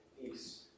peace